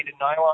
nylon